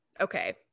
okay